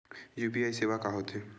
UPI सेवा का होथे?